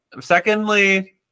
secondly